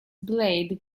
blade